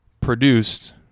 produced